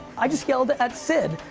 i just scaled at sid,